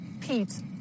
Pete